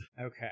Okay